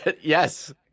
Yes